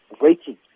waiting